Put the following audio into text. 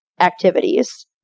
activities